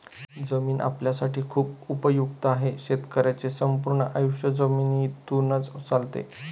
जमीन आपल्यासाठी खूप उपयुक्त आहे, शेतकऱ्यांचे संपूर्ण आयुष्य जमिनीतूनच चालते